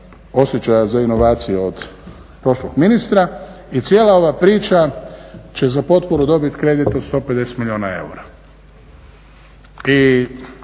osjećaja za inovacije od prošlog ministra. I cijela ova priča će za potporu dobit kredit od 150 milijuna eura i